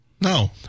No